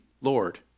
Lord